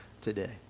today